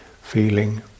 feeling